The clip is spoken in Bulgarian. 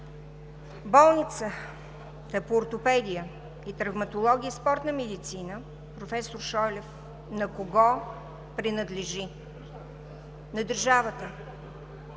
Болницата по ортопедия, травматология и спортна медицина „Професор Шойлев“ на кого принадлежи? ЛЪЧЕЗАР